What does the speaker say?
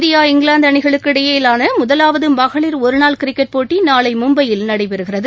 India England அணிகளுக்கு இடையிலான முதலாவது மகளிர் ஒரு நாள் கிரிக்கெட் போட்டி நாளை மும்பையில் நடைபெறுகிறது